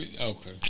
Okay